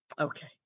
Okay